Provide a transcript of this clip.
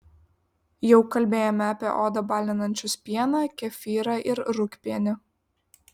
jau kalbėjome apie odą balinančius pieną kefyrą ir rūgpienį